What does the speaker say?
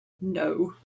No